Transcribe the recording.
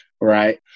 right